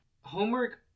homework